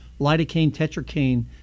lidocaine-tetracaine